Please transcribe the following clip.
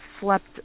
slept